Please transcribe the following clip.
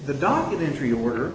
the documentary order